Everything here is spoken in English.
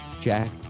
Jack